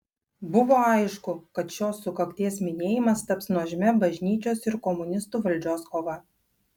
buvo aišku kad šios sukakties minėjimas taps nuožmia bažnyčios ir komunistų valdžios kova